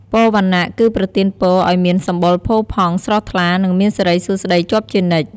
ពរវណ្ណៈ គឺប្រទានពរឲ្យមានសម្បុរផូរផង់ ស្រស់ថ្លា និងមានសិរីសួស្ដីជាប់ជានិច្ច។